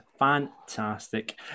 Fantastic